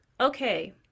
okay